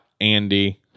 Andy